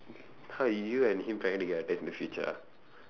!huh! you and him trying to get attached in the future ah